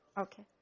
Okay